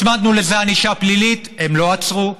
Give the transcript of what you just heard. הצמדנו לזה ענישה פלילית, הם לא עצרו.